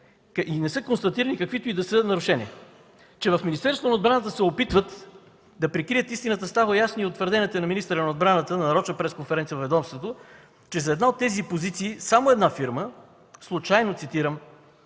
и не са констатирани каквито и да са, забележете, нарушения. Че в Министерството на отбраната се опитват да прикрият истината, става ясно и от твърденията на министъра на отбраната на нарочна пресконференция във ведомството, че за една от тези позиции, само една фирма, случайно цитирам,